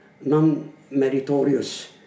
non-meritorious